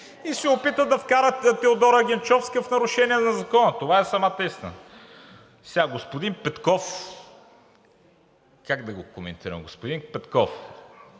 и се опита да вкара Теодора Генчовска в нарушение на Закона. Това е самата истина. Господин Петков как да го коментирам? Господин Петков,